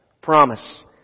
promise